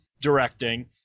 directing